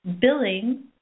billing